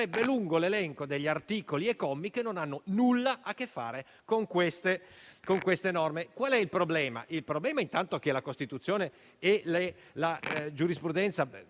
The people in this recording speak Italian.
lungo l'elenco degli articoli e dei commi che non hanno nulla a che fare con queste indicazioni. Qual è il problema? Il problema è che la Costituzione e la giurisprudenza